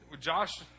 Josh